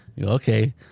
Okay